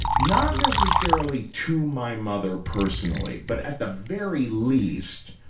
not necessarily to my mother personally, but, at the very least,